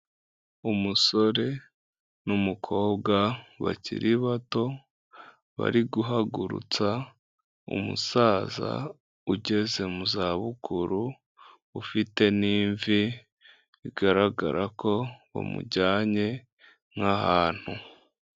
Umusore n'umukobwa bakiri bato bari guhagurutsa umusaza ugeze mu za bukuru ufite n'imvi bigaragara ko bamujyanye nk'ahantu.